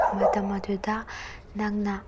ꯃꯇꯝ ꯑꯗꯨꯗ ꯅꯪꯅ